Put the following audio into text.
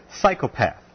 psychopath